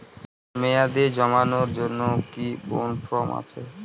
মেয়াদী জমানোর জন্য কি কোন ফর্ম আছে?